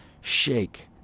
shake